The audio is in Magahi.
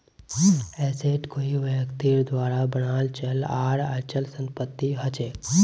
एसेट कोई व्यक्तिर द्वारा बनाल चल आर अचल संपत्ति हछेक